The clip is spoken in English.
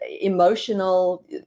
emotional